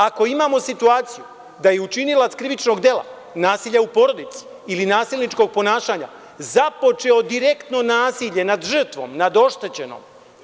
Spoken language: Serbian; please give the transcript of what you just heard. Ako imamo situaciju da je učinilac krivičnog dela nasilja u porodici ili nasilničkog ponašanja započeo direktno nasilje nad žrtvom, nad oštećenom.